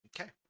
Okay